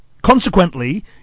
Consequently